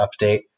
update